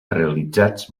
realitzats